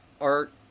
art